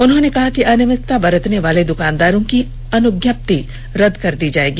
उन्होंने कहा कि अनियमितता बरतने वाले दकानदारों की अनुज्ञप्ति रद्द कर दी जाएगी